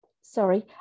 sorry